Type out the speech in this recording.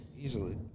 Easily